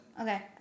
Okay